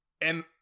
and-